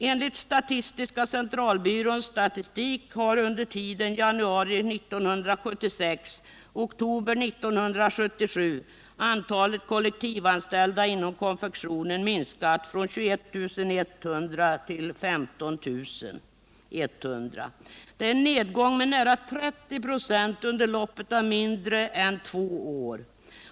Enligt statistiska centralbyråns statistik har under tiden januari 1976-oktober 1977 antalet kollektivanställda inom konfektionsindustrin minskat från 21 100 till 15 100. Det är en nedgång med nära 30 26 under loppet av mindre än två år.